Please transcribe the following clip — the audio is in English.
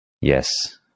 Yes